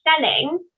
selling